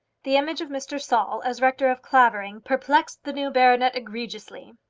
the image of mr. saul, as rector of clavering, perplexed the new baronet egregiously.